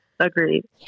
Agreed